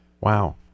wow